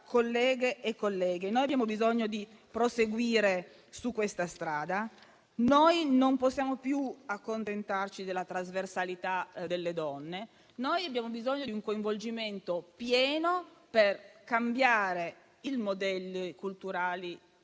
abbiamo bisogno di proseguire su questa strada e non possiamo più accontentarci della trasversalità delle donne. Abbiamo bisogno di un coinvolgimento pieno per cambiare i modelli culturali